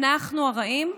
אנחנו הרעים?